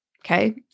Okay